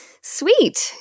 sweet